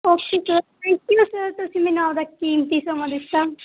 okay sir thank you sir ਤੁਸੀਂ ਮੈਨੂੰ ਆਪਣਾ ਕੀਮਤੀ ਸਮਾਂ ਦਿੱਤਾ